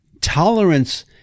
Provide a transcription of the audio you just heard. tolerance